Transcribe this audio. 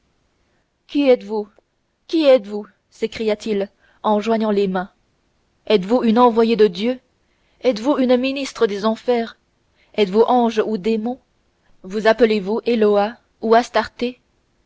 qui êtes-vous qui êtes-vous s'écria-t-il en joignant les mains êtes-vous une envoyée de dieu êtes-vous un ministre des enfers êtes-vous ange ou démon vous appelez-vous eloa ou